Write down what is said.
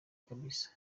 kabisa